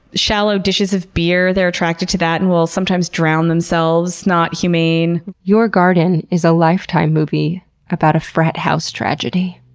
shallow dishes of beer. they're attracted to that and will sometimes drown themselves. not humane. your garden is a lifetime movie about a frat house tragedy.